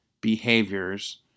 behaviors